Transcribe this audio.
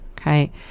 Okay